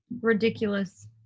ridiculous